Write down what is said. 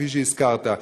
כפי שהזכרת.